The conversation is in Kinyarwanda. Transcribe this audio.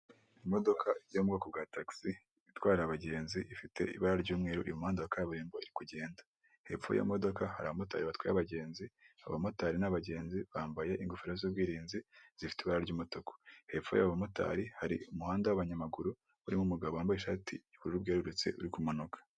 Imodoka yo mu bwoko bwa tagisi, itwara abagenzi, ifite ibara ry'umweru iri muhanda wa kaburimbo kugenda, hepfo y'imodoka hari abamotari batwaye abagenzi, abamotari n'abagenzi bambaye ingofero z'ubwirinzi, zifite ibara ry'umutuku, hepfo yu yabo bamotari hari umuhanda wabanyamaguru, urimo umugabo wambaye ishati yubururu bwerurutse uri kumanuka.